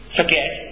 forget